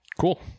Cool